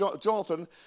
Jonathan